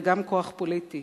וגם כוח פוליטי,